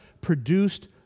produced